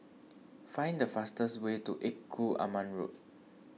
find the fastest way to Engku Aman Road